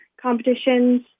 competitions